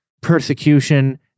persecution